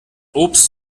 obst